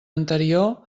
anterior